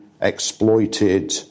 exploited